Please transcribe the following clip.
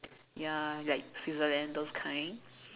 ya like Switzerland those kind